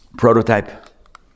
Prototype